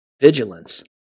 vigilance